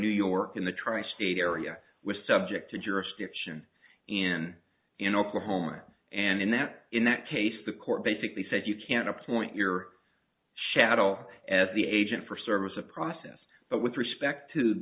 new york in the tri state area was subject to jurisdiction in in oklahoma and in that in that case the court basically said you can appoint your shadow as the agent for service of process but with respect to